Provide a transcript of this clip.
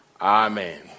Amen